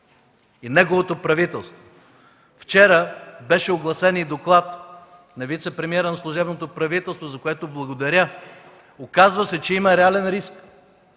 и неговото правителство. Вчера беше огласен и доклад на вицепремиера на служебното правителство, за което благодаря. Оказва се, че има реален риск